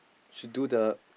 should do the